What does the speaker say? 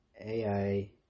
AI